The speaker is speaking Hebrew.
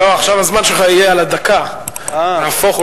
לא, עכשיו הזמן שלך יהיה על הדקה, נהפוך הוא.